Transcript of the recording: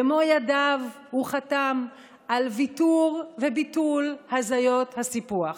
במו ידיו הוא חתם על ויתור וביטול הזיות הסיפוח.